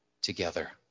together